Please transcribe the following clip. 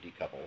decouple